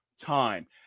time